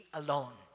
alone